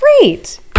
Great